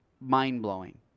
mind-blowing